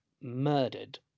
murdered